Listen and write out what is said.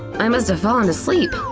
i must've fallen asleep!